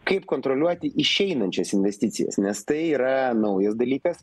kaip kontroliuoti išeinančias investicijas nes tai yra naujas dalykas